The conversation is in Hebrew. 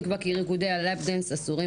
נקבע כי ריקודי ה"לאפ דאנס" אסורים